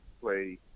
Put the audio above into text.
play